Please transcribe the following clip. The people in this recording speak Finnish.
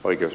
oikeus